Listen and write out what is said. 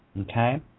Okay